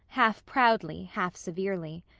half-proudly, half-severely.